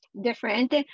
different